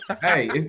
Hey